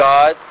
God